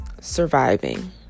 surviving